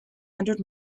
hundred